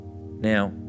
Now